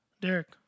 Derek